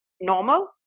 normal